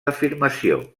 afirmació